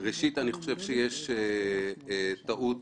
יש טעות